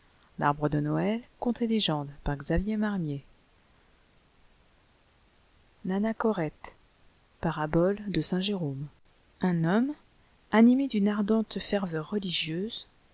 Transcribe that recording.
l'anachorete parabole de saiul jcrûo un homme animé d'une arjcnle ferveur religieuse